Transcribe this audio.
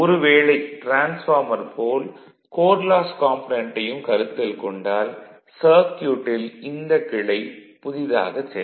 ஒரு வேளை டிரான்ஸ்பார்மர் போல் கோர் லாஸ் காம்பனென்ட்டையும் கருத்தில் கொண்டால் சர்க்யூட்டில் இந்த கிளை புதிதாக சேரும்